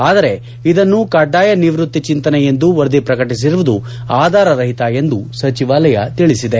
ಆದರೆ ಇದನ್ನು ಕಡ್ಡಾಯ ನಿವೃತ್ತಿ ಚೆಂತನೆ ಎಂದು ವರದಿ ಪ್ರಕಟಿಸಿರುವುದು ಆಧಾರರಹಿತ ಎಂದು ಸಚಿವಾಲಯ ತಿಳಿಸಿದೆ